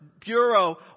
bureau